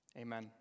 Amen